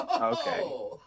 Okay